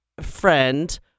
friend